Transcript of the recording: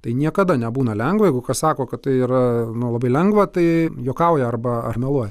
tai niekada nebūna lengva jeigu kas sako kad tai yra na labai lengva tai juokauja arba ar meluoja